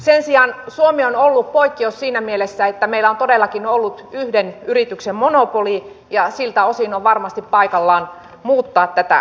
sen sijaan suomi on ollut poikkeus siinä mielessä että meillä on todellakin ollut yhden yrityksen monopoli ja siltä osin on varmasti paikallaan muuttaa tätä